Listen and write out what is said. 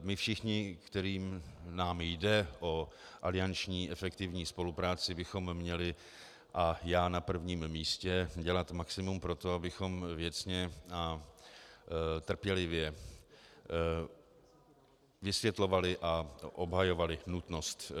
A my všichni, kterým nám jde o efektivní alianční spolupráci, bychom měli, a já na prvním místě, dělat maximum pro to, abychom věcně a trpělivě vysvětlovali a obhajovali nutnost